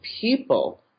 people